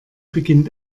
beginnt